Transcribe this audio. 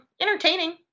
entertaining